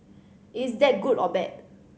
is that good or bad